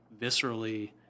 viscerally